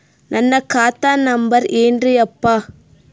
ನನ್ನ ಖಾತಾ ನಂಬರ್ ಏನ್ರೀ ಯಪ್ಪಾ?